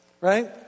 Right